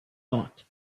thought